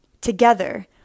Together